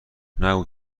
نگو